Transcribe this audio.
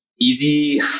easy